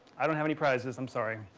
i don't have any prizes. i'm sorry.